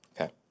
Okay